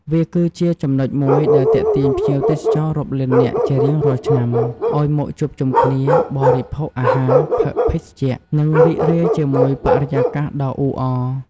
វាគឺជាចំណុចមួយដែលទាក់ទាញភ្ញៀវទេសចររាប់លាននាក់ជារៀងរាល់ឆ្នាំ ឲ្យមកជួបជុំគ្នា បរិភោគអាហារ ផឹកភេសជ្ជៈ និងរីករាយជាមួយបរិយាកាសដ៏អ៊ូអរ។